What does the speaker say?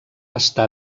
estar